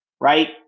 right